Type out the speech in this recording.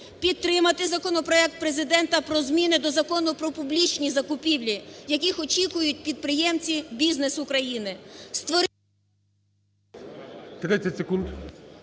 підтримати законопроект Президента про зміни до Закону про публічні закупівлі, яких очікують підприємці, бізнес України…